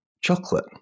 chocolate